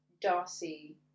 Darcy